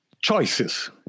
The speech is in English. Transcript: choices